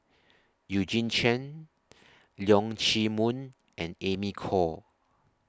Eugene Chen Leong Chee Mun and Amy Khor